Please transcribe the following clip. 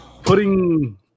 putting